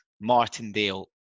Martindale